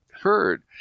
heard